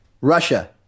Russia